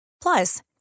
Plus